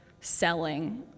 selling